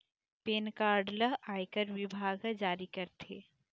PAN card ल आयकर बिभाग ह जारी करथे